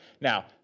Now